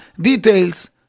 details